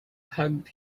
hugged